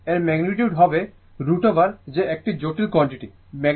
অতএব এর magnitude √ over হবে যে একটি জটিল কোয়ান্টিটি